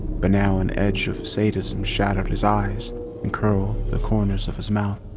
but now an edge of sadism shadowed his eyes and curled the corners of his mouth.